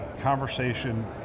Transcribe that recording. conversation